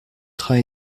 train